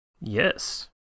Yes